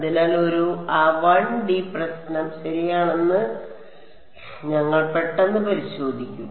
അതിനാൽ ഒരു 1D പ്രശ്നം ശരിയാണെന്ന് ഞങ്ങൾ പെട്ടെന്ന് പരിശോധിക്കും